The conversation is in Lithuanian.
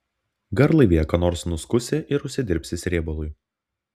garlaivyje ką nors nuskusi ir užsidirbsi srėbalui